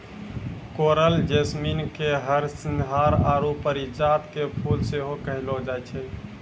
coral jasmine के हरसिंहार आरु परिजात के फुल सेहो कहलो जाय छै